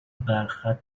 برخط